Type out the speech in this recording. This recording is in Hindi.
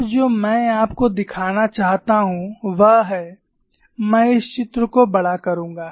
अब जो मैं आपको दिखना चाहता हूं वह है मैं इस चित्र को बड़ा करूंगा